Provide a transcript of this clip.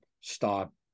stop